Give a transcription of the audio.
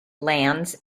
lands